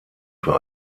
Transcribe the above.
für